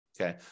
Okay